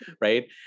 right